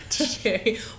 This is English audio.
Okay